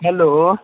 hello